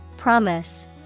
Promise